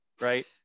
Right